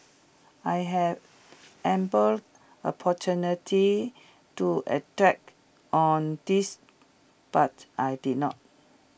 I had ample opportunity to attack on this but I did not